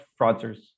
fraudsters